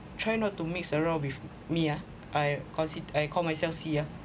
try not to mix around with me ah I consid~ I call myself C ah